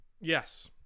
yes